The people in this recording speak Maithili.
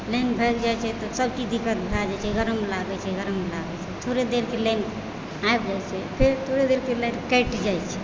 लाइन भागि जाइत छै तऽ सभकिछु दिक्कत भए जाइत छै गरम लागै छै गरम लागै छै थोड़े देरके लाइट आबि जाइत छै फेर थोड़े देरके लाइट कटि जाइत छै